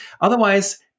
otherwise